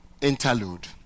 interlude